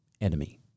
Enemy